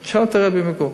הוא שאל את הרבי מגור.